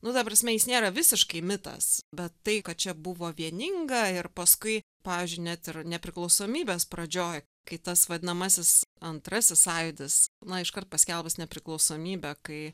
nu ta prasme jis nėra visiškai mitas bet tai kad čia buvo vieninga ir paskui pavyzdžiui net ir nepriklausomybės pradžioj kai tas vadinamasis antrasis sąjūdis na iškart paskelbus nepriklausomybę kai